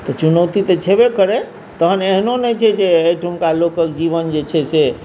तऽ चुनौती तऽ छेबै करै तखन एहनो नहि छै जे एहिठुनका लोकके जीवन जे छै से